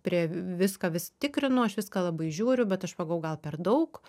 prie viską vis tikrinu aš viską labai žiūriu bet aš pagalvojau gal per daug